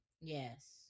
Yes